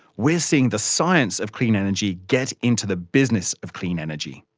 we're seeing the science of clean energy get into the business of clean energy.